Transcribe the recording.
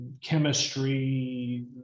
chemistry